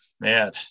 man